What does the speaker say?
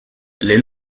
les